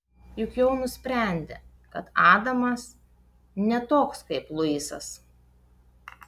juk jau nusprendė kad adamas ne toks kaip luisas